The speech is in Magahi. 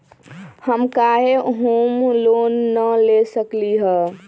हम काहे होम लोन न ले सकली ह?